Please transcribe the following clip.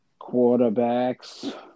quarterbacks